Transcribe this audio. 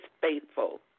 faithful